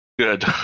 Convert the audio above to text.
Good